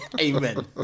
Amen